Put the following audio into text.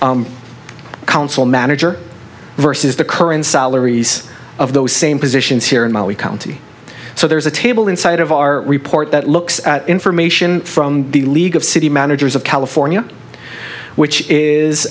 council manager versus the current salaries of those same positions here in mali county so there's a table inside of our report that looks at information from the league of city managers of california which is